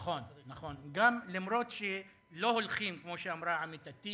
נכון, נכון, גם אם, כמו שאמרה עמיתתי